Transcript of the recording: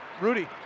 Rudy